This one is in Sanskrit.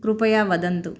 कृपया वदन्तु